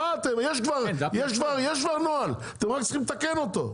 מה אתם יש כבר נוהל אתם רק צריכים לתקן אותו,